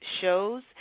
shows